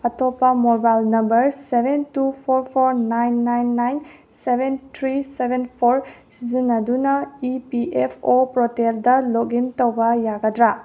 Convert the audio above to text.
ꯑꯇꯣꯞꯄ mobile number seven two four four nine nine nine seven three seven four ꯁꯤꯖꯤꯟꯅꯗꯨꯅ E P F O ꯄ꯭ꯔꯣꯇꯦꯜꯗ ꯂꯣꯛꯏꯟ ꯇꯧꯕ ꯌꯥꯒꯗ꯭ꯔꯥ